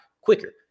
quicker